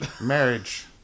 marriage